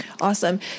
Awesome